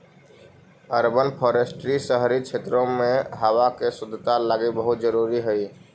urban forestry शहरी क्षेत्रों में हावा के शुद्धता लागी बहुत जरूरी हई